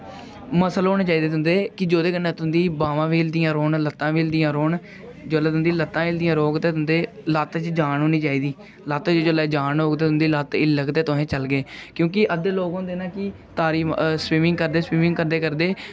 muscle होने चाहिदे तुंदे जेहदे कन्ने तोंदी बाह्मां बी हिलदी रौहन लत्तां बी हिलदी रौहन जिसलै तुंदी लत्तां हिलदी रौहग ते तुंदे लत्त च जान होनी चाहिदी लत्त च जिसलै जान होग ते तुंदी लत्त हिलग ते तुसें चलगे क्योंकि अद्धे लोक होंदे ना कि तारी स्बिमिंग करदे करदे